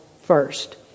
first